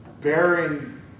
bearing